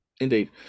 Indeed